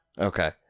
Okay